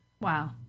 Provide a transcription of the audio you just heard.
Wow